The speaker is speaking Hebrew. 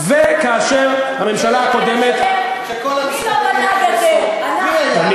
מי לא בדק את זה, אנחנו?